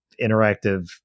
interactive